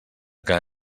que